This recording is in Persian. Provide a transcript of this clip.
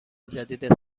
جدید